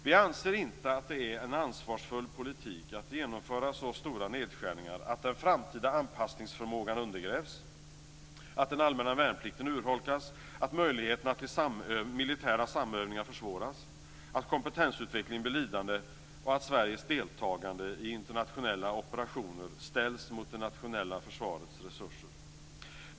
Vi anser inte att det är en ansvarsfull politik att genomföra så stora nedskärningar att den framtida anpassningsförmågan undergrävs, att den allmänna värnplikten urholkas, att möjligheterna till militära samövningar försvåras, att kompetensutvecklingen blir lidande och att Sveriges deltagande i internationella operationer ställs mot det nationella försvarets resurser.